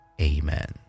Amen